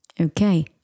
Okay